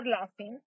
laughing